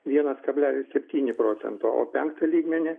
vienas kablelis septyni procentai o penktadienį lygmenį